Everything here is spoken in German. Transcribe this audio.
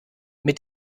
mit